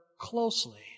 closely